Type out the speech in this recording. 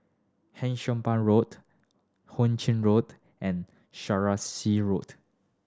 Hampshire Road Hu Ching Road and Saraca Road